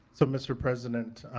so mr. president,